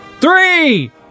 Three